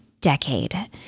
decade